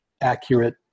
accurate